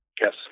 Yes